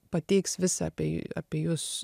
pateiks visą apie apie jus